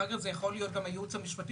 אחר כך זה יכול להיות גם הייעוץ המשפטי